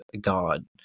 God